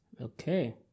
Okay